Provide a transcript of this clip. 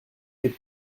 des